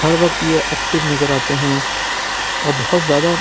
ہر وقت یہ ایکٹیو نظر آتے ہیں اور بہت زیادہ